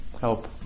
help